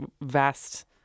vast